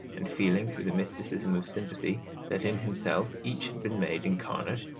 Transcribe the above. and, feeling through the mysticism of sympathy that in himself each had been made incarnate,